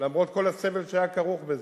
למרות כל הסבל שהיה כרוך בזה.